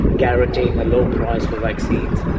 guaranteeing a low price for vaccines.